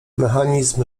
mechanizm